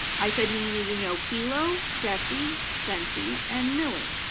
i said you needed to know kilo deci centi and milli,